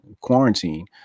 quarantine